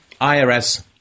IRS